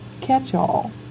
catch-all